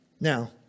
Now